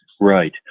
Right